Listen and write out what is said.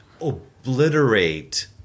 obliterate